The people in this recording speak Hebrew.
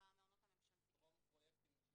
במעונות הממשלתיים --- טרום פרויקטים לשיפוצים.